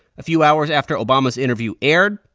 a few hours after obama's interview aired,